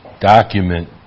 document